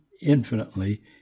infinitely